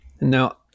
Now